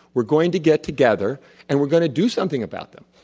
we are going to get together and we are going to do something about them.